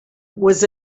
was